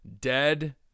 dead